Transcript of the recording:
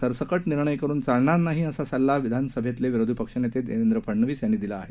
सरसकट निर्णय करून चालणार नाही असा सल्ला विधानसभेतले विरोधी पक्ष नेते देवेंद्र फडणवीस यांनी दिला आहे